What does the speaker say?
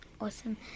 Awesome